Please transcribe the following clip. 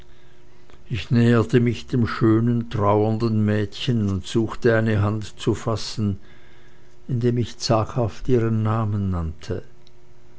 ich näherte mich dem schönen trauernden mädchen und suchte eine hand zu fassen indem ich zaghaft ihren namen nannte